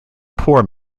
poor